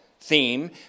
theme